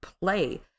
play